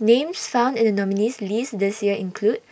Names found in The nominees' list This Year include